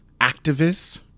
activists